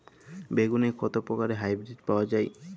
বেগুনের কত প্রকারের হাইব্রীড পাওয়া যায়?